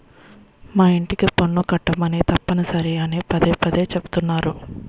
మా యింటికి పన్ను కట్టమని తప్పనిసరి అని పదే పదే చెబుతున్నారు